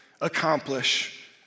accomplish